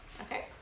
Okay